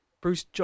Bruce